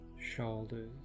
shoulders